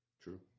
True